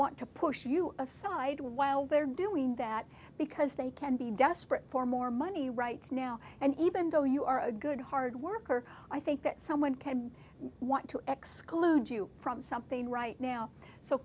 want to push you aside while they're doing that because they can be desperate for more money right now and even though you are a good hard worker i think that someone can want to exclude you from something right now so